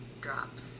drops